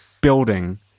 building